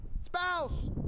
Spouse